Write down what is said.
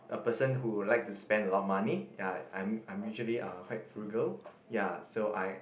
a person who will like to spend a lot of money ya I'm I'm usually uh quite frugal ya so I